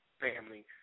family